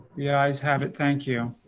yeah guys have it. thank you.